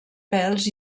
pèls